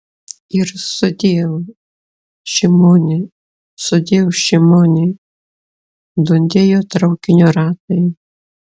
ir sudiev šimoni sudiev šimoni dundėjo traukinio ratai